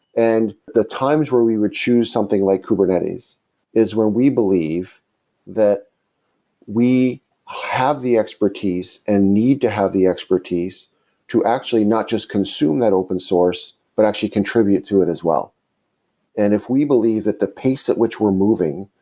and the times where we would choose something like kubernetes is where we believe that we have the expertise and need to have the expertise to actually not just consume that open source, but actually contribute to it as well and if we believe that the pace at which we're moving,